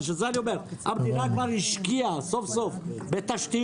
לכן אני אומר: המדינה כבר השקיעה סוף-סוף בתשתיות,